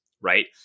right